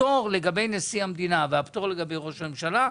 הפטור לגבי נשיא המדינה והפטור לגבי ראש הממשלה,